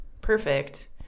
perfect